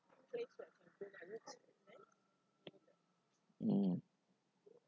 mm